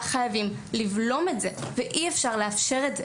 חייבים לבלום את זה ולא לאפשר את זה.